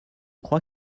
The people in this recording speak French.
crois